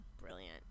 brilliant